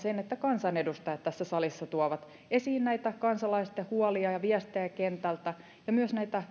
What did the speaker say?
myös sen että kansanedustajat tässä salissa tuovat esiin näitä kansalaisten huolia ja viestejä kentältä ja myös